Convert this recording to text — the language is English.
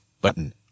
button